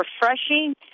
refreshing